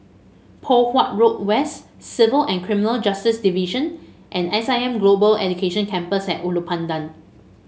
Poh Huat Road West Civil and Criminal Justice Division and S I M Global Education Campus at Ulu Pandan